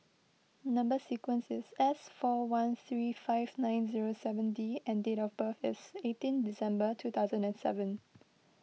Number Sequence is S four one three five nine zero seven D and date of birth is eighteen December two thousand and seven